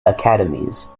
academies